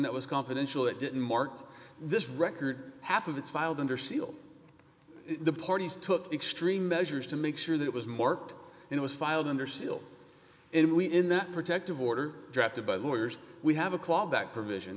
that was confidential it didn't mark this record half of it's filed under seal the parties took the extreme measures to make sure that it was marked and it was filed under seal and we in that protective order drafted by the lawyers we have a claw back provision